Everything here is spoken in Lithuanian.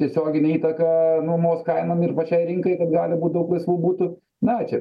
tiesioginė įtaka nuomos kainom ir pačiai rinkai kad gali būt daug laisvų butų na čia